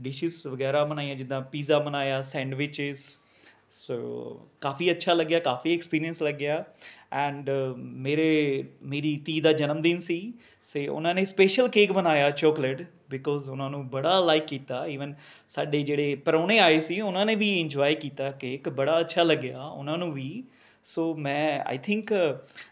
dishes ਬਗੈਰਾ ਬਣਾਈਆਂ ਜਿੱਦਾ ਪੀਜ਼ਾ ਬਣਾਇਆ ਸੈਂਡਵਿੱਚਸ ਸੋ ਕਾਫੀ ਅੱਛਾ ਲੱਗਿਆ ਕਾਫੀ ਐਕਪੀਰੀਅਨਸ ਲੱਗਿਆ ਐਂਡ ਮੇਰੇ ਮੇਰੀ ਧੀ ਦਾ ਜਨਮ ਦਿਨ ਸੀ ਅਤੇ ਉਹਨਾਂ ਨੇ ਸਪੈਸ਼ਲ ਕੇਕ ਬਣਾਇਆ ਚੋਕਲੇਟ ਬੀਕੋਜ ਉਹਨਾਂ ਨੂੰ ਬੜਾ ਲਾਈਕ ਕੀਤਾ ਈਵਨ ਸਾਡੇ ਜਿਹੜੇ ਪ੍ਰਾਹੁਣੇ ਆਏ ਸੀ ਉਹਨਾਂ ਨੇ ਵੀ ਈਨਜੋਆਏ ਕੀਤਾ ਕੇਕ ਬੜਾ ਅੱਛਾ ਲੱਗਿਆ ਉਹਨਾਂ ਨੂੰ ਵੀ ਸੋ ਮੈਂ ਆਈ ਥਿੰਕ